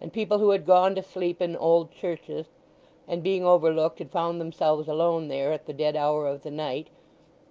and people who had gone to sleep in old churches and being overlooked had found themselves alone there at the dead hour of the night